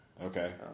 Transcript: Okay